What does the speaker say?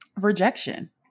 rejection